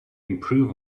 improve